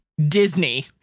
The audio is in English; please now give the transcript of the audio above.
disney